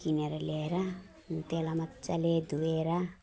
किनेर ल्याएर त्यलाई मजाले धुएर